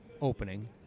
opening—